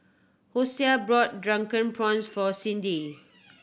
Hosea brought Drunken Prawns for Cindi